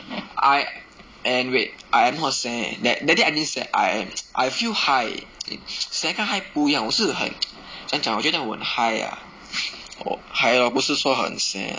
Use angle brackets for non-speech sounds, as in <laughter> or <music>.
I eh wait I I am not seh that that day I didn't seh I am <noise> I feel high seh 跟 high 不一样我是很怎样讲我觉得我很 high ah high ah 不是说很 seh